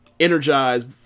energized